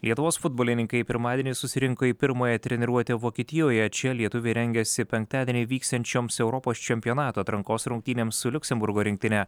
lietuvos futbolininkai pirmadienį susirinko į pirmąją treniruotę vokietijoje čia lietuviai rengiasi penktadienį vyksiančioms europos čempionato atrankos rungtynėms su liuksemburgo rinktine